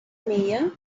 mayor